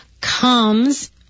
comes